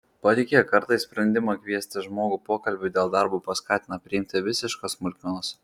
patikėk kartais sprendimą kviesti žmogų pokalbiui dėl darbo paskatina priimti visiškos smulkmenos